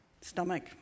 stomach